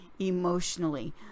emotionally